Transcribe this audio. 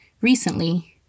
recently